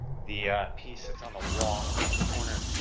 the piece that's on the wall, around the corner,